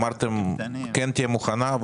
אמרתם כן תהיה מוכנה,